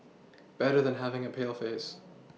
better than having a pale face